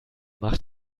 mach